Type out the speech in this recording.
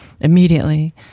immediately